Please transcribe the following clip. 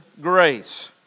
grace